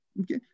okay